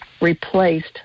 replaced